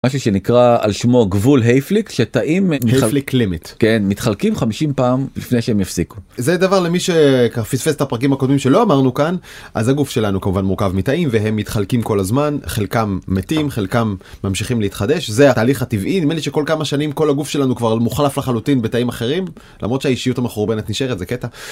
משהו שנקרא על שמו גבול היפליק שתאים מתחלקים 50 פעם לפני שהם יפסיקו. זה דבר למי שפספס את הפרקים הקודמים שלא אמרנו כאן אז הגוף שלנו כמובן מורכב מתאים והם מתחלקים כל הזמן חלקם מתים חלקם ממשיכים להתחדש. זה התהליך הטבעי נידמה לי שכל כמה שנים כל הגוף שלנו כבר מוחלף לחלוטין בתאים אחרים למרות שהאישיות המחורבנת נשארת זה קטע.